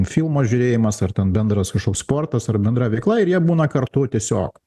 filmo žiūrėjimas ar ten bendras kažkoks sportas ar bendra veikla ir jie būna kartu tiesiog